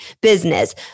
business